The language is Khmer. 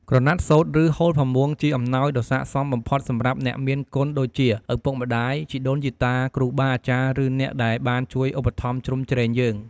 ក្រណាត់សូត្រ ឬហូលផាមួង ជាអំណោយដ៏ស័ក្តិសមបំផុតសម្រាប់អ្នកមានគុណដូចជា ឪពុកម្តាយ ជីដូនជីតា គ្រូបាអាចារ្យ ឬអ្នកដែលបានជួយឧបត្ថម្ភជ្រោមជ្រែងយើង។